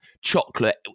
chocolate